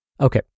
Okay